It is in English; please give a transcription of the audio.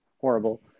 horrible